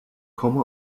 komme